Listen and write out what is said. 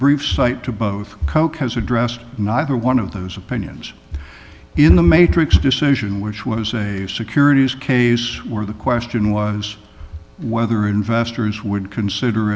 brief cite to both coke has addressed neither one of those opinions in the matrix decision which was a securities case where the question was whether investors would consider